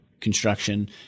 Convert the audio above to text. construction